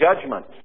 judgment